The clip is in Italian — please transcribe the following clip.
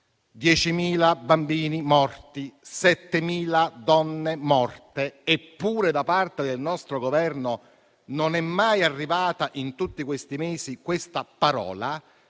10.000 bambini morti, 7.000 donne morte, eppure da parte del nostro Governo non è mai stata utilizzata in tutti questi mesi, questa